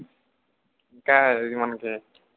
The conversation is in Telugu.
ఇంకా ఇది మనకి